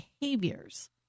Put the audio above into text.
behaviors